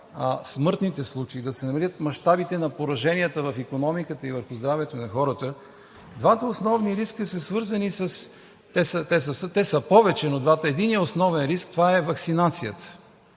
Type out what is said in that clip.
смъртните случаи, е да се намалят мащабите на пораженията в икономиката и върху здравето на хората. Двата основни риска са свързани – те са повече, но единият основен риск това е ваксинацията.